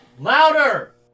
Louder